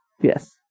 Yes